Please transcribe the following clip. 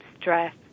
stress